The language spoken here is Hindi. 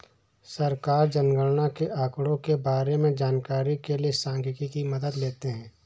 सरकार जनगणना के आंकड़ों के बारें में जानकारी के लिए सांख्यिकी की मदद लेते है